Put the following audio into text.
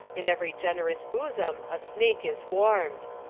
in every generous bosom a snake is warmed.